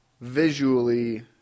visually